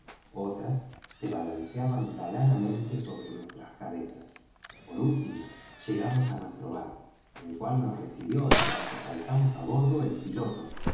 otras se balanceaban galanamente sobre nuestras cabezas por último llegamos á nuestro barco en el cual nos recibió en cuanto saltamos á bordo el piloto